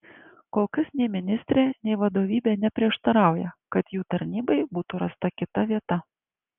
kol kas nei ministrė nei vadovybė neprieštarauja kad jų tarnybai būtų rasta kita vieta